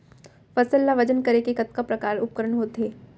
फसल ला वजन करे के कतका प्रकार के उपकरण होथे?